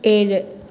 ഏഴ്